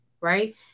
right